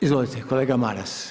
Izvolite kolega Maras.